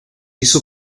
hizo